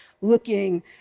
looking